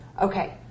Okay